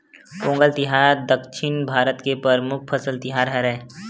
पोंगल तिहार दक्छिन भारत के परमुख फसल तिहार हरय